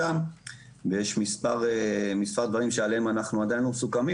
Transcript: ויש מספר דברים שעליהם אנחנו עדיין לא מסוכמים